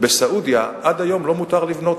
בסעודיה עד היום לא מותר לבנות,